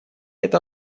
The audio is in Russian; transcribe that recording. эта